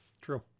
True